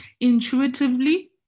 intuitively